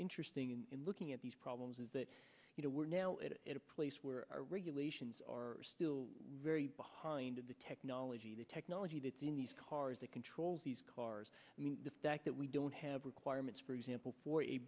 interesting in looking at these problems is that you know we're now at a place where regulations are still very behind the technology the technology that's in these cars that controls these cars the fact that we don't have requirements for example for a